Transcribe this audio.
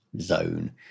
zone